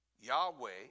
Yahweh